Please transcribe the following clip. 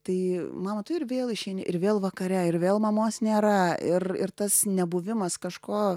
tai mama tu ir vėl išeini ir vėl vakare ir vėl mamos nėra ir ir tas nebuvimas kažko